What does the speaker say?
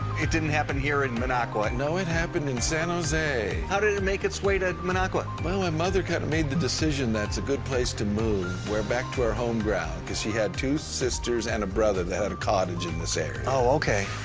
it didn't happen here in minocqua? no it happened in san jose. how did it make its way to minocqua? well my mother kind of made the decision that's a good place to move. we're back to out home ground because she had two sisters and a brother that had cottages in this area. oh okay.